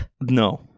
No